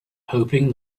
hoping